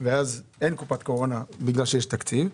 ואז אין קופת קורונה כי יש תקציב,